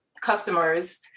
customers